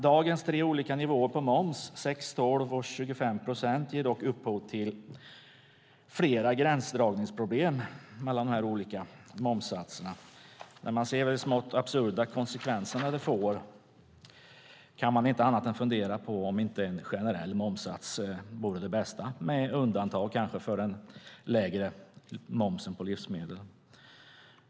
Dagens tre olika nivåer på moms - 6, 12 och 25 procent - ger dock upphov till flera gränsdragningsproblem mellan de olika momssatserna. När man ser de smått absurda konsekvenser de får kan man inte annat än fundera på om inte en generell momssats vore det bästa, kanske med undantag för den lägre momsen på livsmedel.